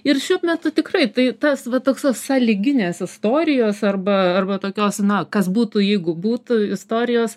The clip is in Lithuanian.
ir šiuo metu tikrai tai tas va toks va sąlyginės istorijos arba arba tokios na kas būtų jeigu būtų istorijos